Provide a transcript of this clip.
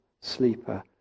sleeper